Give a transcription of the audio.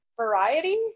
variety